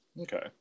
okay